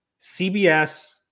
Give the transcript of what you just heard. CBS